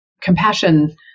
compassion